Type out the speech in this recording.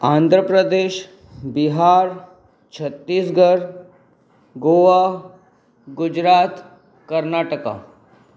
Andhra Pradesh Bihar Chhattisgarh Goa Gujarat Karnataka